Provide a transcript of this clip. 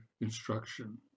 instruction